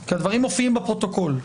כי הדברים מופיעים בפרוטוקול.